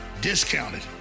discounted